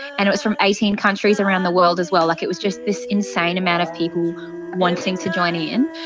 and it was from eighteen countries around the world as well. like it was just this insane amount of people wanting to join in.